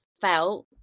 felt